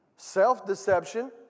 Self-deception